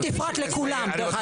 את הפרעת לכולם, דרך אגב.